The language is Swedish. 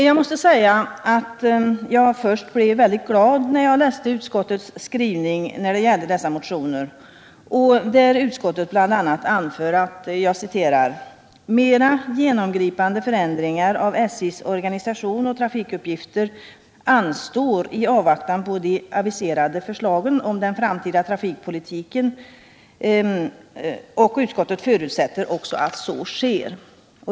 Jag måste säga att jag först blev väldigt glad när jag läste utskottets skrivning vad gäller dessa motioner, och där utskottet bl.a. anför att ”mera genomgripande förändringar av SJ:s organisation och trafikuppgifter anstår i avvaktan på de aviserade förslagen om den framtida trafikpolitiken och förutsätter också att så sker”.